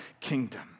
kingdom